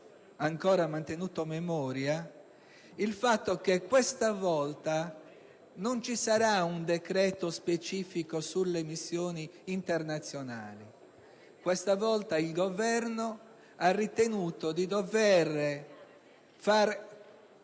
ancora mantenuto memoria che questa volta non ci sarà un decreto specifico sulle missioni internazionali; questa volta il Governo ha ritenuto di dover